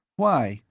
why?